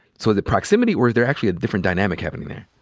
so is it proximity, or is there actually a different dynamic happening there?